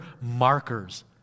markers